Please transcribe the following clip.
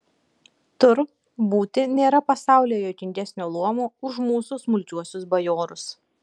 tur būti nėra pasaulyje juokingesnio luomo už mūsų smulkiuosius bajorus